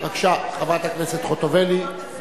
בבקשה, חברת הכנסת חוטובלי.